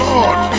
Lord